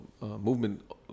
movement